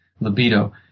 libido